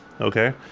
Okay